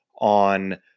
on